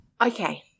Okay